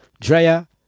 Drea